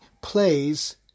plays